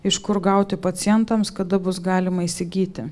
iš kur gauti pacientams kada bus galima įsigyti